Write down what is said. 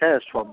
হ্যাঁ সব